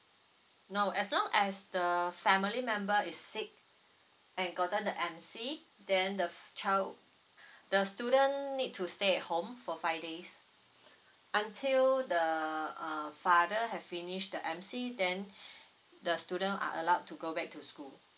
no as long as the family member is sick and gotten the M_C then the f~ child the student need to stay at home for five days until the uh father have finish the M_C then the student are allowed to go back to school